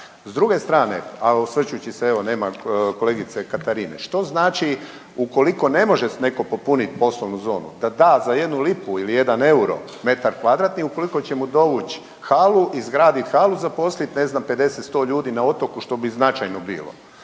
S druge strane, a osvrćući se, evo, nema kolegice Katarine, što znači ukoliko ne može netko popuniti poslovnu zonu, da da za 1 lipu ili 1 euro metar kvadratni, ukoliko će mu dovući halu, izgraditi halu, zaposlit, ne znam, 50, 100 ljudi na otoku, što bi značajno bilo.